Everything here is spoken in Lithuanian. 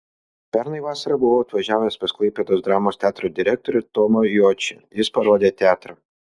pernai vasarą buvau atvažiavęs pas klaipėdos dramos teatro direktorių tomą juočį jis parodė teatrą